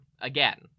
again